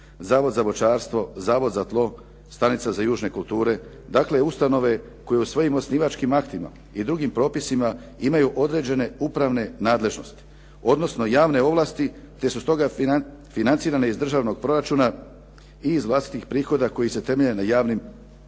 Zavod za voćarstvo, Zavod za tlo, Stanica za južne kulture. Dakle, ustanove koje u svojim osnivačkim aktima i drugim propisima imaju određene upravne nadležnosti, odnosno javne ovlasti te su stoga financirane iz državnog proračuna i iz vlastitih prihoda koji se temelje na javnim ovlastima.